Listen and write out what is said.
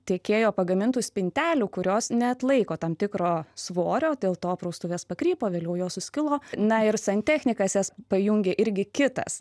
tiekėjo pagamintų spintelių kurios neatlaiko tam tikro svorio dėl to praustuvės pakrypo vėliau jos suskilo na ir santechnikas jas pajungė irgi kitas